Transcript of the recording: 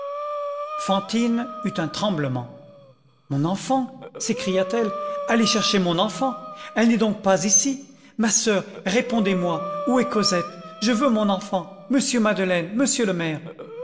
fantine eut un tremblement mon enfant s'écria-t-elle aller chercher mon enfant elle n'est donc pas ici ma soeur répondez-moi où est cosette je veux mon enfant monsieur madeleine monsieur le maire